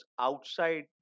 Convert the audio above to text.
outside